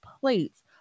plates